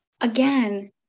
again